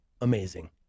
amazing